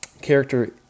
Character